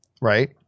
Right